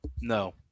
No